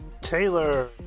Taylor